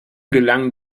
gelang